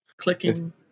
clicking